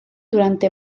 durante